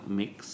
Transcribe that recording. mix